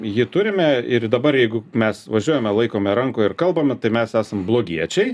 jį turime ir dabar jeigu mes važiuojame laikome rankoj ir kalbame tai mes esam blogiečiai